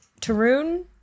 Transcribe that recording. Tarun